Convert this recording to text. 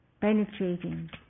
penetrating